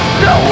no